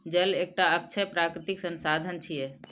जल एकटा अक्षय प्राकृतिक संसाधन छियै